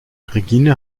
regine